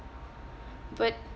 but